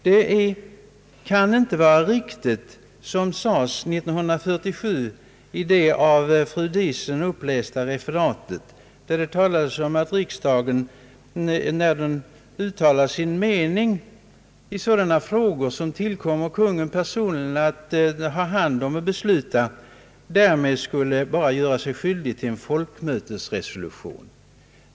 Det kan dock inte vara riktigt — som sades 1947 i det av fru Diesen upplästa yttrandet — att riksdagen, när den uttalar sin mening i sådana frågor som tillkommer Konungen personligen att handlägga och besluta om, därmed bara skulle göra sig skyldig till en »folkmötesresolution».